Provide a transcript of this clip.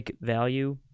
value